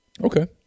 Okay